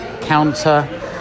counter